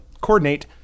coordinate